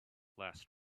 last